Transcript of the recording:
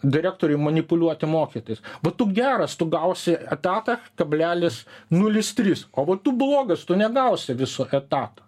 direktoriui manipuliuoti mokytojais va tu geras tu gausi etatą kablelis nulis tris o va tu blogas tu negausi viso etato